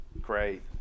Great